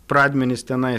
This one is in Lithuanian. pradmenys tenais